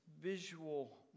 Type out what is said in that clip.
visual